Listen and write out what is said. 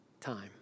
time